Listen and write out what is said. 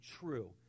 true